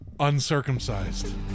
uncircumcised